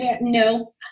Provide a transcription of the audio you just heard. no